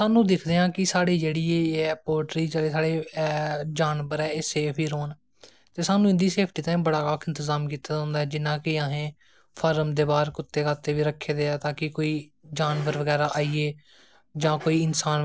जियां कि थुआढ़ा सुआल ऐ कि जेहडे़ आर्ट एंड कराफ्ट करदे ना जेहडे़ लोक उंदा जेहडा है कि जेहडे़ साढ़े सोसाइटी दे म्हले दे लोक ना ओह् किन्नी इज्जत करदे ना किन्ने रिसपैक्ट करदे ना उंदी ते किन्नी ते